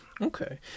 Okay